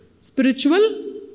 spiritual